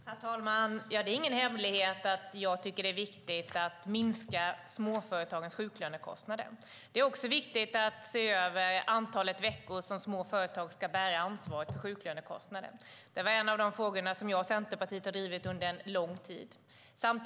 Herr talman! Det är ingen hemlighet att jag tycker att det är viktigt att minska småföretagens sjuklönekostnader. Det är också viktigt att se över antalet veckor som små företag ska bära ansvaret för sjuklönekostnaden. Det är en av de frågor som jag och Centerpartiet har drivit under lång tid.